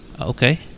Okay